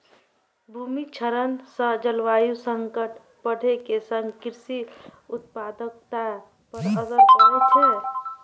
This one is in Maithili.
भूमि क्षरण सं जलवायु संकट बढ़ै के संग कृषि उत्पादकता पर असर पड़ै छै